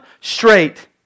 straight